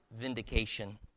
vindication